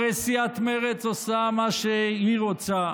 הרי סיעת מרצ עושה מה שהיא רוצה.